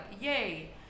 yay